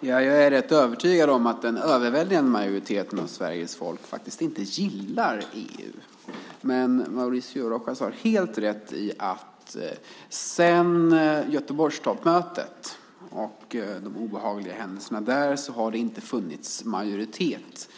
Fru talman! Jag är rätt övertygad om att en överväldigande majoritet av Sveriges folk faktiskt inte gillar EU. Men Mauricio Rojas har helt rätt i att sedan Göteborgstoppmötet och de obehagliga händelserna där har det inte funnits majoritet